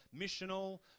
missional